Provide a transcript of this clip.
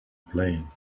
plane